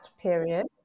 period